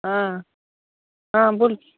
हां हां बोल